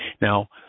now